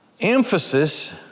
emphasis